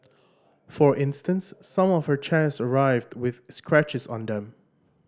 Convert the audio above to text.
for instance some of her chairs arrived with scratches on them